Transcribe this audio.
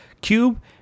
cube